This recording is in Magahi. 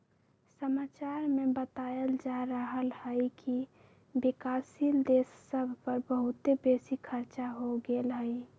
समाचार में बतायल जा रहल हइकि विकासशील देश सभ पर बहुते बेशी खरचा हो गेल हइ